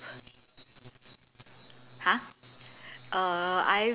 !huh! err